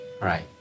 Right